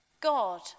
God